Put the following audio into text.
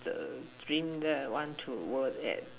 the dream that I want to work at